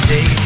Day